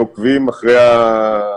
עוקבים אחריו.